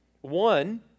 One